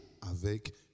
avec